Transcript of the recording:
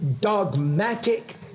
dogmatic